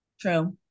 True